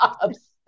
jobs